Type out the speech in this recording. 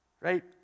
right